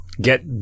Get